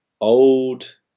Old